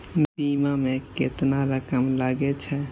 बीमा में केतना रकम लगे छै?